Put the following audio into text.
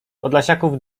podlasiaków